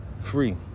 free